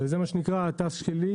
וזה מה שנקרא ה- -- שלי,